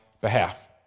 behalf